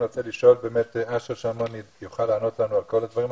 אני רוצה לשאול באמת את אשר שלמון אם יוכל לענות לנו על כל הדברים,